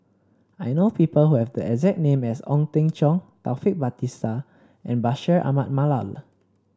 I know people who have the exact name as Ong Teng Cheong Taufik Batisah and Bashir Ahmad Mallal